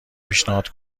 پیشنهاد